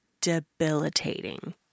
debilitating